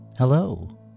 Hello